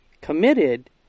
committed